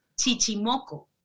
chichimoco